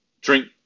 drink